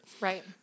Right